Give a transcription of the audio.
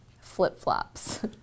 flip-flops